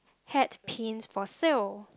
hat paint for sale